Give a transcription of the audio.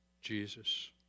Jesus